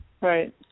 Right